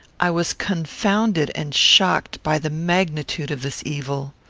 i was confounded and shocked by the magnitude of this evil.